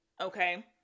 okay